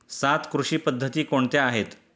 सात कृषी पद्धती कोणत्या आहेत?